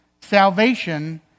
salvation